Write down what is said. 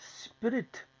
spirit